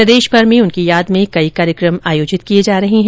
प्रदेशभर में उनकी याद में कई कार्यक्रम आयोजित किए जा रहे हैं